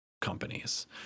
companies